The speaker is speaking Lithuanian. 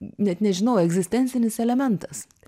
net nežinau egzistencinis elementas